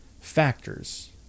factors